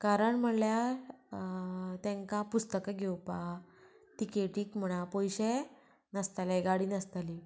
कारण म्हळ्यार तांकां पुस्तकां घेवपा तिकेटीक म्हणा पयशे नासताले गाडी नासताली